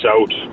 out